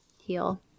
heal